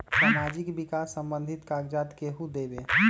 समाजीक विकास संबंधित कागज़ात केहु देबे?